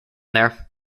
there